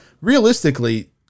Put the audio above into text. realistically